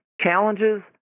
challenges